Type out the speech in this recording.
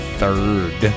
third